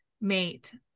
mate